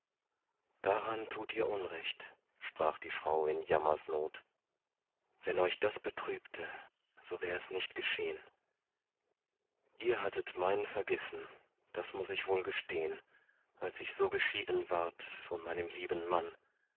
daran tut ihr unrecht sprach die frau in jammersnot wenn euch das betrübte so wär es nicht geschehn ihr hattet mein vergessen das muß ich wohl gestehn als ich so geschieden ward von meinem lieben mann